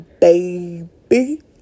baby